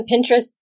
Pinterest